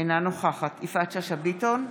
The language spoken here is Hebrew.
אינה נוכחת יפעת שאשא ביטון,